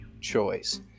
choice